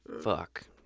Fuck